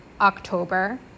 October